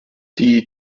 die